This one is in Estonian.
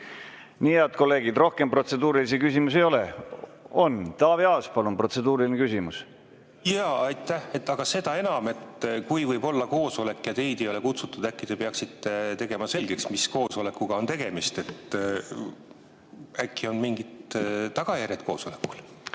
Nii, head kolleegid, rohkem protseduurilisi küsimusi ei ole. Siiski on. Taavi Aas, palun, protseduuriline küsimus! Aitäh! Aga seda enam, et kui võib olla koosolek, aga teid ei ole kutsutud, äkki te peaksite tegema selgeks, mis koosolekuga on tegemist? Äkki on mingit tagajärjed sellel